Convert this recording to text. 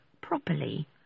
properly